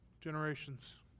generations